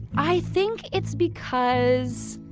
i think it's because.